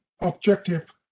objective